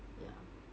ya